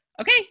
okay